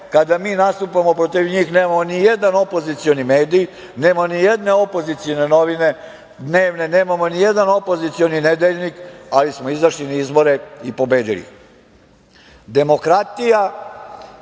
kada mi nastupamo, protiv njih, nemamo ni jedan opozicioni mediji, nemamo ni jedne opozicione novine dnevne, nemamo ni jedan opozicioni nedeljnik, ali smo izašli na izbore i pobedili